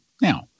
Now